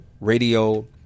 radio